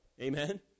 Amen